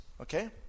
okay